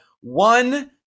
one